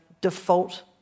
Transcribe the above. default